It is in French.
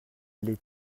allait